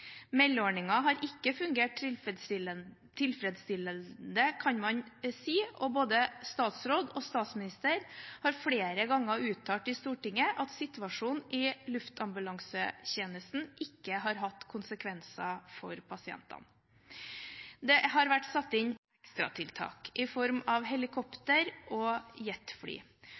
har ikke fungert tilfredsstillende, kan man si, og både statsråd og statsminister har flere ganger uttalt i Stortinget at situasjonen i luftambulansetjenesten ikke har hatt konsekvenser for pasientene. Det har vært satt inn ekstratiltak i form av helikopter og